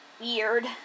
weird